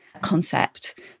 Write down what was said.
concept